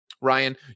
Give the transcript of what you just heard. ryan